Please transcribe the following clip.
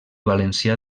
valencià